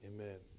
Amen